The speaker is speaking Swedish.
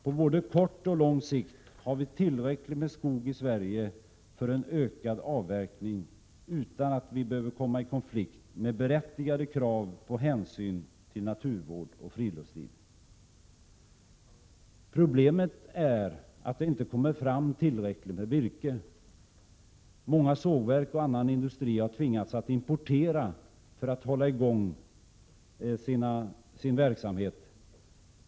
På både kort och lång sikt har vi tillräckligt med skog i Sverige för att kunna tillåta en ökad avverkning och utan att behöva hamna i konflikt med berättigade krav på hänsyn till naturvård och friluftsliv. Problemet är att det inte kommer fram tillräckligt med virke genom egen avverkning. Många sågverk och annan industri tvingas importera virke för att kunna hålla i gång sin verksamhet.